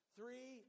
Three